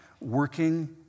working